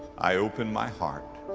i open my heart,